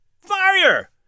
Fire